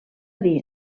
dir